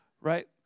right